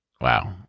Wow